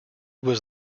was